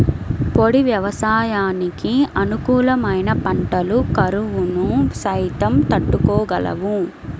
పొడి వ్యవసాయానికి అనుకూలమైన పంటలు కరువును సైతం తట్టుకోగలవు